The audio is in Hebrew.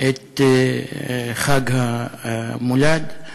את חג המולד,